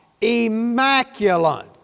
Immaculate